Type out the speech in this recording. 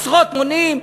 עשרות מונים,